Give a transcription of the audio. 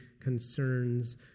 concerns